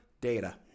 data